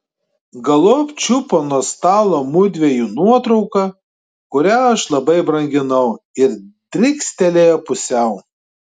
galop čiupo nuo stalo mudviejų nuotrauką kurią aš labai branginau ir drykstelėjo pusiau